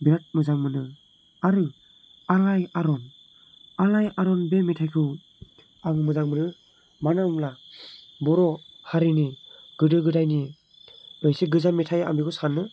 बिराद मोजां मोनो आरो आलायारन आलायारन बे मेथायखौ आं मोजां मोनो मानो होनब्ला बर' हारिनि गोदो गोदायनि मोनसे गोजाम मेथाय आं बेखौ सानो